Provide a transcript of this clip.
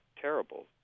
terrible